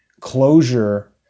closure